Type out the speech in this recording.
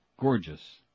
gorgeous